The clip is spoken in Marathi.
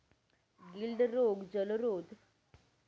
गिल्ड रोग, जलोदर, शेपटी आणि पंख कुजा या मासासना रोग शेतस